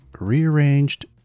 rearranged